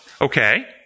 Okay